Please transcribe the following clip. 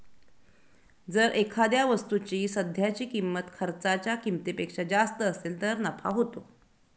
जर एखाद्या वस्तूची सध्याची किंमत खर्चाच्या किमतीपेक्षा जास्त असेल तर नफा होतो